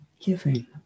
giving